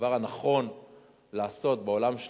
שהדבר הנכון לעשות בעולם של